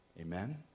Amen